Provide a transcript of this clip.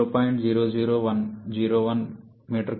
00101 m3kg